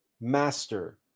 master